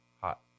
hot